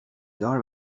دار